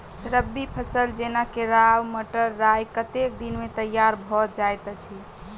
रबी फसल जेना केराव, मटर, राय कतेक दिन मे तैयार भँ जाइत अछि?